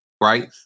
right